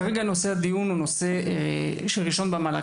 כרגע נושא הדיון הוא נושא ראשון במעלה,